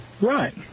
Right